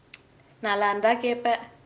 நல்லா இருந்தா கேப்பே:nalla irunthaa keppae